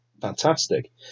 fantastic